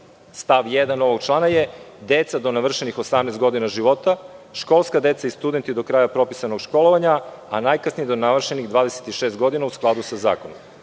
Stav 1. ovog člana je - deca do navršenih 18 godina života, školska deca i studenti do kraja propisanog školovanja, a najkasnije do navršenih 26 godina u skladu sa zakonom.